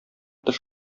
тыш